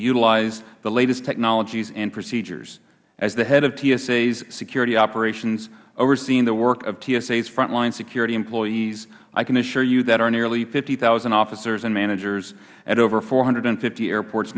utilize the latest technologies and procedures as the head of tsa's security operations overseeing the work of tsa's frontline security employees i can assure you that our nearly fifty thousand officers and managers at over four hundred and fifty airports